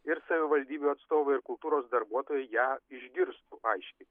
ir savivaldybių atstovai ir kultūros darbuotojai ją išgirstų aiškiai